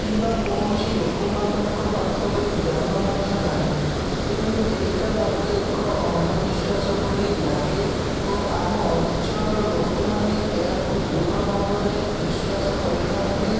କିମ୍ବା କୌଣସି ଲୋକମାନଙ୍କ ପାଖରେ ଜ୍ଞାନ ମଧ୍ୟ ନାହିଁ ତେଣୁ ଏଇଟା ମତେ ଏକ ଅନ୍ଧବିଶ୍ୱାସ ବୋଲି ଲାଗେ ଓ ଆମ ଅଞ୍ଚଳର ଲୋକମାନେ ଏହାକୁ ଦୃଢ଼ ଭାବେ ବିଶ୍ୱାସ କରିଥାନ୍ତି